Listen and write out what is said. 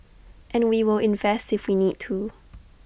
and we will invest if we need to